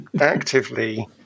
actively